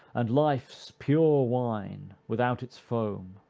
and life's pure wine without its foam.